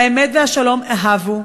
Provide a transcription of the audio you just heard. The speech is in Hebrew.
והאמת והשלום אהבו.